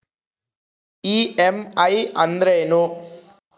EMI ಅಂದ್ರೇನು?